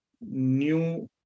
new